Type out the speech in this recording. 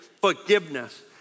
forgiveness